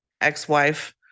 ex-wife